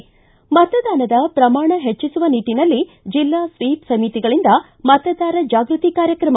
ಿಂ ಮತದಾನದ ಪ್ರಮಾಣ ಹೆಚ್ಚಿಸುವ ನಿಟ್ಟನಲ್ಲಿ ಜಿಲ್ಲಾ ಸ್ವೀಪ ಸಮಿತಿಗಳಿಂದ ಮತದಾರ ಜಾಗೃತಿ ಕಾರ್ಯಕ್ರಮ